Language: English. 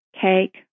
cake